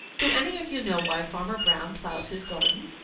do any of you know why farmer brown plows his garden?